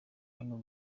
hano